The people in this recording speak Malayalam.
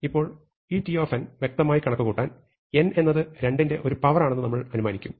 ഇപ്പോൾ ഈ t വ്യക്തമായി കണക്കുകൂട്ടാൻ n എന്നത് 2 ന്റെ ഒരു പവർ ആണെന്ന് നമ്മൾ അനുമാനിക്കും